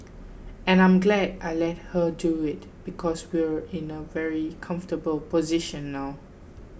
and I'm glad I let her do it because we're in a very comfortable position now